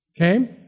okay